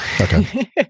okay